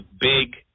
big